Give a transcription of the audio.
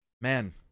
Man